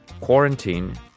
quarantine